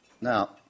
Now